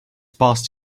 past